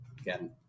Again